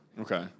Okay